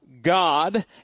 God